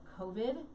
COVID